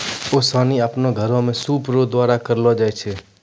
ओसानी आपनो घर मे सूप रो द्वारा करलो जाय छै